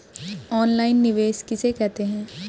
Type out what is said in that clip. Online निवेश किसे कहते हैं?